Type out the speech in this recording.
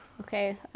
Okay